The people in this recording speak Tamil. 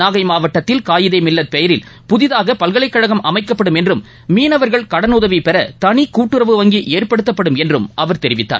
நாகை மாவட்டத்தில் காயிதே மில்லத் பெயரில் புதிதாக பல்கலைக்கழகம் அமைக்கப்படும் என்றும் மீனவர்கள் கடனுதவி பெற தனிக்கூட்டுறவு வங்கி ஏற்படுத்தப்படும் என்றும் அவர் தெரிவித்தார்